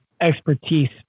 expertise